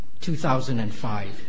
2005